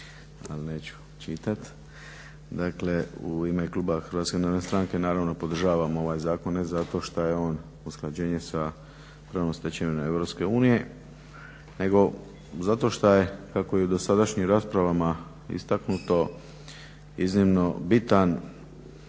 i kolege. Dakle u ime kluba HNS-a naravno podržavam ovaj zakon ne zato što je on usklađenje sa pravnom stečevinom EU nego zato što je kako je i u dosadašnjim raspravama istaknuto iznimno bitan